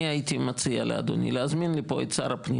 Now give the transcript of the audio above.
אני הייתי מציע לאדוני להזמין לפה את שר הפנים